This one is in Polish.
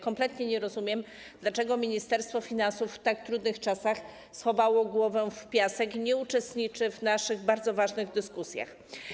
Kompletnie nie rozumiem, dlaczego Ministerstwo Finansów w tak trudnych czasach schowało głowę w piasek i nie uczestniczy w naszych bardzo ważnych dyskusjach.